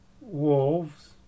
Wolves